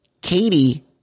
Katie